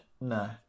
No